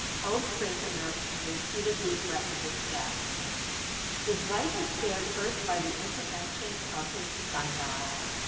held prisoner, and repeatedly threatened with death his life is spared first by the intervention of his sundial,